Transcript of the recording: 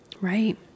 Right